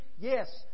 yes